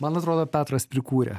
man atrodo petras prikūrė